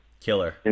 Killer